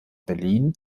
berlin